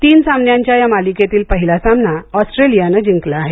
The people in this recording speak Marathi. तीन सामन्यांच्या या मालिकेतील पहिला सामना ऑस्ट्रेलियानं जिंकला आहे